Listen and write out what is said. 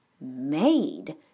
made